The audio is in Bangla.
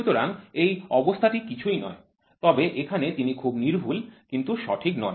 সুতরাং এই অবস্থাটি কিছুই নয় তবে এখানে তিনি খুব সূক্ষ্ম কিন্তু সঠিক নন